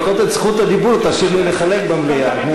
לפחות את זכות הדיבור תשאיר לי לחלק במליאה.